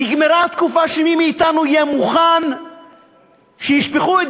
נגמרה התקופה שמי מאתנו יהיה מוכן שישפכו את